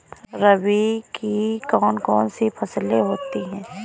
रबी की कौन कौन सी फसलें होती हैं?